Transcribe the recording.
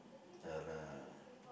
the the